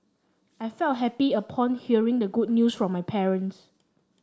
I felt happy upon hearing the good news from my parents